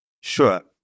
Sure